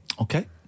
Okay